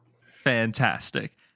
Fantastic